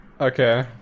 Okay